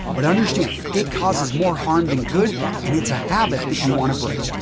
but understand, it causes more harm than good and it's a habit that you want to break.